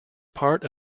part